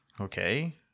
okay